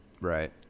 Right